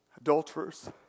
Adulterers